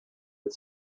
its